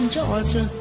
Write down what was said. Georgia